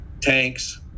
Tanks